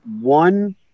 one